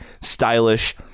stylish